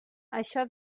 això